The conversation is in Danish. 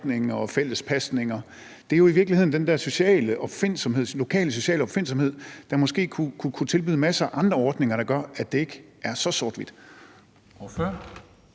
legeordninger og fælles pasninger. Det er jo i virkeligheden den der lokale sociale opfindsomhed, der måske kunne skabe masser af andre ordninger, der gør, at det ikke er så sort-hvidt.